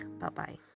Bye-bye